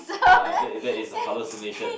ah that is that is a hallucination